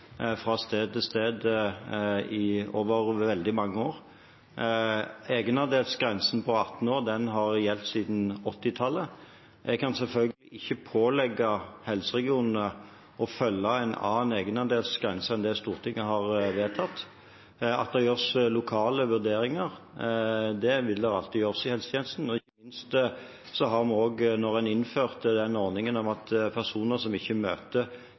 fra sted til sted over veldig mange år. Egenandelsgrensen på 18 år har gjeldt siden 1980-tallet. Jeg kan selvfølgelig ikke pålegge helseregionene å følge en annen egenandelsgrense enn det Stortinget har vedtatt. Det vil alltid gjøres lokale vurderinger i helsetjenesten. Da en innførte den ordningen om at personer som ikke møter til time, skal betale en høyere egenandel, var det også godt forankret i Stortinget at